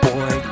Boy